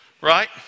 right